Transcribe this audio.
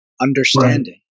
understanding